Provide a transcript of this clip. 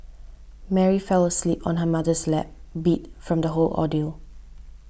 Mary fell asleep on her mother's lap beat from the whole ordeal